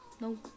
no